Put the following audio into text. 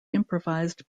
improvised